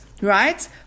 right